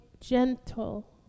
Gentle